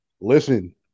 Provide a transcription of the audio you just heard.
listen